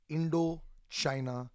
Indo-China